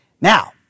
Now